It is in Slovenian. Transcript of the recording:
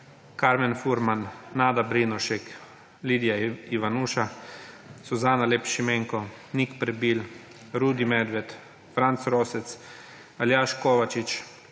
Karmen Furman, Nada Brinovšek, Lidija Ivanuša, Suzana Lep Šimenko, Nik Prebil, Rudi Medved, Franc Rosec, Aljaž Kovačič,